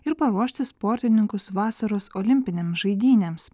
ir paruošti sportininkus vasaros olimpinėms žaidynėms